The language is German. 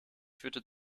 führte